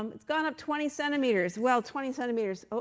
um it's gone up twenty centimeters. well, twenty centimeters, oh,